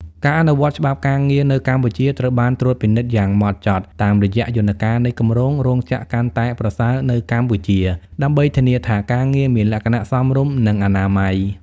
ការអនុវត្តច្បាប់ការងារនៅកម្ពុជាត្រូវបានត្រួតពិនិត្យយ៉ាងហ្មត់ចត់តាមរយៈយន្តការនៃគម្រោង "រោងចក្រកាន់តែប្រសើរនៅកម្ពុជា" ដើម្បីធានាថាការងារមានលក្ខណៈសមរម្យ និងអនាម័យ។